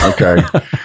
Okay